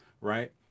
Right